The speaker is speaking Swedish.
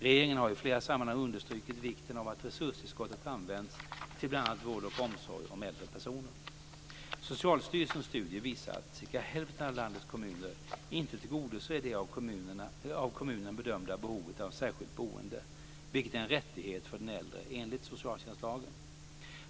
Regeringen har i flera sammanhang understrukit vikten av att resurstillskottet används till bl.a. vård och omsorg om äldre personer. Socialstyrelsens studie visar att cirka hälften av landets kommuner inte tillgodoser det av kommunen bedömda behovet av särskilt boende, vilket är en rättighet för den äldre enligt socialtjänstlagen.